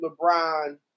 LeBron